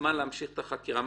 זמן להמשיך את החקירה.